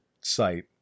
site